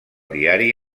diari